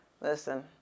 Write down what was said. listen